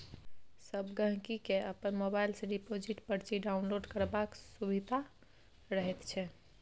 सब गहिंकी केँ अपन मोबाइल सँ डिपोजिट परची डाउनलोड करबाक सुभिता रहैत छै